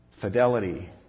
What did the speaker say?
Fidelity